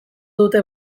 dute